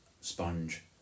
sponge